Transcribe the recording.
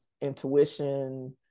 intuition